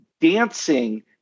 dancing